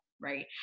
right